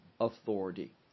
authority